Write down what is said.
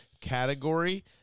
category